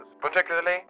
particularly